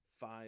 five